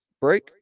break